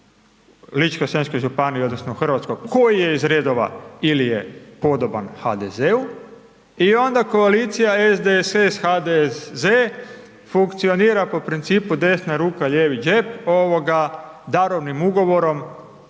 Ličko-senjskoj županiji odnosno Hrvatske koji je iz redova ili je podoban HDZ-u i onda koalicija SDDS-HDZ funkcionira po principu „desna ruka, lijevi džep“ darovnim ugovorom